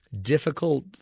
difficult